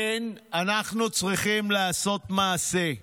כן, אנחנו צריכים לעשות מעשה,